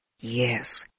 Yes